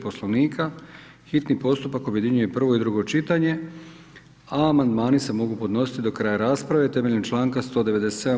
Poslovnika, hitni postupak objedinjuje prvo i drugo čitanje, a amandmani se mogu podnositi do kraja rasprave temeljem čl. 197.